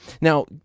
Now